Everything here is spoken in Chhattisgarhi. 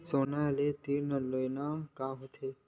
सोना ले ऋण लेना का होथे?